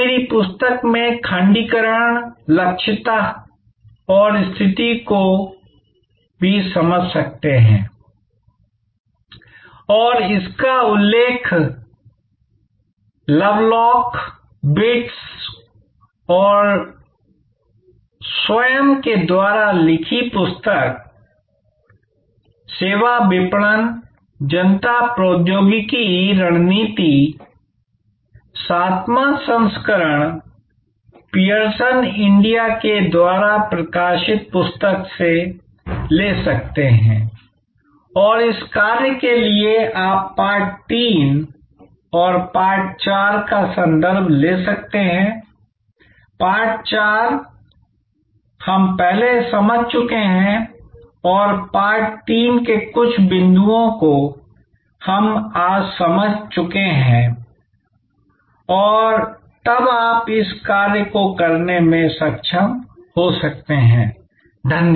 आप मेरी पुस्तक में खंडीकरण लक्षिता और स्थिति को भी समझ सकते हैंI और इसका उल्लेख लव लॉक बिट्स और स्वयं के द्वारा लिखी पुस्तक " सेवा विपणन जनता प्रौद्योगिकी रणनीति" सातवा संस्करण पीयरसन इंडिया के द्वारा प्रकाशित पुस्तक से ले सकते हैं और इस कार्य के लिए आप पाठ 3 और पाठ 4 का संदर्भ ले सकते हैंI पाठ 4 हम पहले समझ चुके हैं और पाठ 3 के कुछ बिंदुओं को हम आज समझ चुके हैं और तब आप इस कार्य को करने में सक्षम हो सकते हैंI